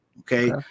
Okay